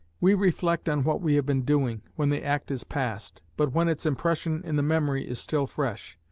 we reflect on what we have been doing, when the act is past, but when its impression in the memory is still fresh.